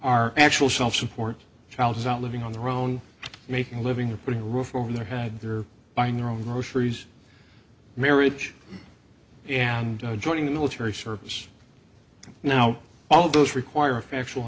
our actual self support child is out living on their own making a living or putting a roof over their head they're buying their own groceries marriage and joining the military service now all those require factual